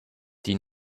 die